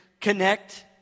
connect